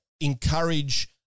encourage